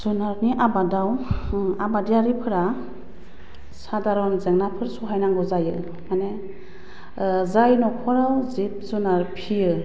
जुनारनि आबादाव आबादारिफोरा सादारन जेंनाफोर सहायनांगौ जायो माने जाय न'खराव जिब जुनार फिसियो